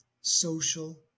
social